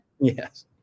Yes